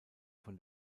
von